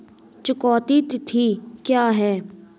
चुकौती तिथि क्या है?